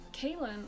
kaylin